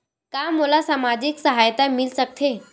का मोला सामाजिक सहायता मिल सकथे?